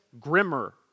grimmer